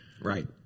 Right